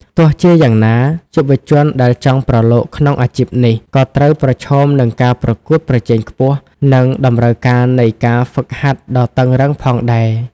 ទោះជាយ៉ាងណា យុវជនដែលចង់ប្រឡូកក្នុងអាជីពនេះ ក៏ត្រូវប្រឈមនឹងការប្រកួតប្រជែងខ្ពស់ និងតម្រូវការនៃការហ្វឹកហាត់ដ៏តឹងរ៉ឹងផងដែរ។